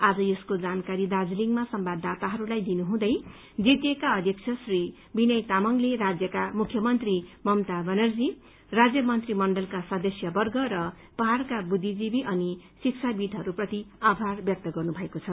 आज यसको जानकारी दार्जीलिङमा संवाददाताहरूलाई दिनुहुँदै जीटीएका अध्यक्ष श्री विनय तामाङले राज्यका मुख्यमन्त्री ममता ब्यानर्जी राज्य मन्त्रीमण्डलका सदस्यवर्ग र पहाड़का बुखिजीवि अनि शिक्षाविद्हरू प्रति आभार व्यक्त गर्नु भएको छ